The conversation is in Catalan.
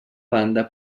banda